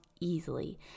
easily